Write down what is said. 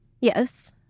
yes